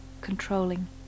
controlling